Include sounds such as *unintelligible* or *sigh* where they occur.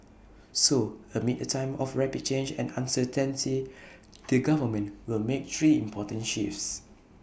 so amid A time of rapid change and *unintelligible* the government will make three important shifts